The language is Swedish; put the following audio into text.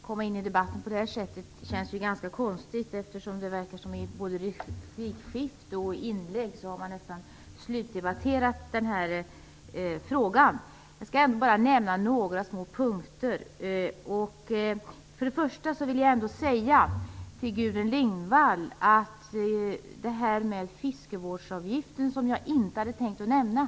Herr talman! Det känns ganska konstigt att komma in i debatten i detta läge, eftersom det verkar som man med de gjorda inläggen och replikskiftena nästan har slutdebatterat denna fråga. Jag skall ändå nämna några små punkter. Jag vill först till Gudrun Lindvall säga något om fiskevårdsavgiften, som jag inte hade tänkt nämna.